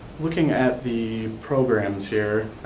looking at the programs here,